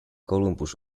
columbus